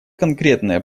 конкретное